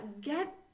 Get